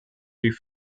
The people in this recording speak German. die